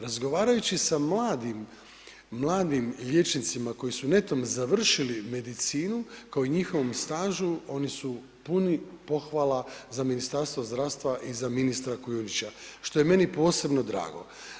Razgovarajući sa mladim liječnicima koji su netom završili medicinu kao i njihovom stažu oni su puni pohvala za Ministarstvo zdravstva i za ministra Kujundžića što je meni posebno drago.